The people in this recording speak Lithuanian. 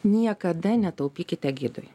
niekada netaupykite gidui